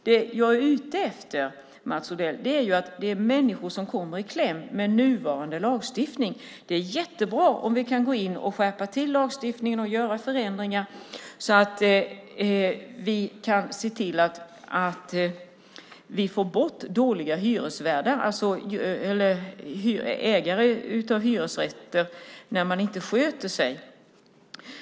Det jag är ute efter, Mats Odell, är att människor kommer i kläm med nuvarande lagstiftning. Det är utmärkt om vi kan skärpa lagstiftningen och göra förändringar så att vi kan få bort dåliga hyresfastighetsägare som inte sköter sig.